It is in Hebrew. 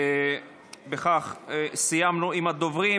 בכך סיימנו עם הדוברים.